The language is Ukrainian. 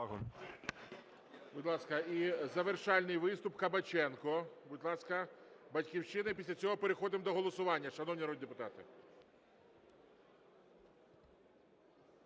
Будь ласка, і завершальний виступ Кабаченко. Будь ласка, "Батьківщина". І після цього переходимо до голосування, шановні народні депутати.